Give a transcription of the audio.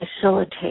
facilitate